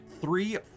three